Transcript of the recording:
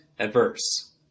adverse